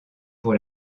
pour